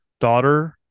daughter